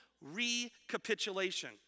recapitulation